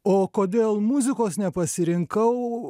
o kodėl muzikos nepasirinkau